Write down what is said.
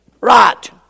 right